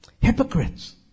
Hypocrites